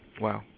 Wow